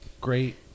great